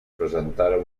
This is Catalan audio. presentara